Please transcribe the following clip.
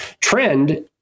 Trend